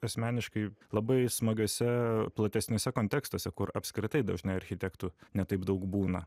asmeniškai labai smagiose platesniuose kontekstuose kur apskritai dažnai architektų ne taip daug būna